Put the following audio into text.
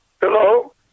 hello